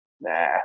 nah